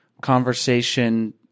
conversation